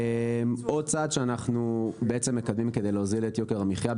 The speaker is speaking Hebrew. עוד צעד שאנחנו בעצם מקדמים כדי להוזיל את יוקר המחייה,